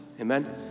Amen